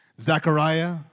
Zechariah